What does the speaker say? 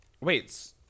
wait